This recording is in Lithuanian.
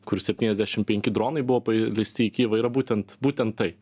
kur septyniasdešim penki dronai buvo paileisti į kijivą yra būtent būtent tai